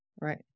Right